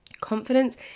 Confidence